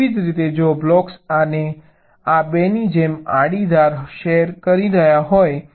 તેવી જ રીતે જો બ્લોક્સ આ અને આ 2ની જેમ આડી ધાર શેર કરી રહ્યા હોય